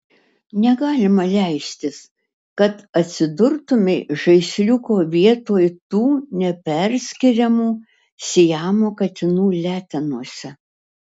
negalima leistis kad atsidurtumei žaisliuko vietoj tų neperskiriamų siamo katinų letenose